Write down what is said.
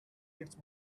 its